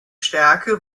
stärke